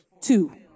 Two